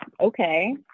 Okay